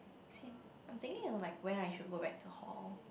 same I'm thinking of like when I should go back to hall